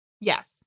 Yes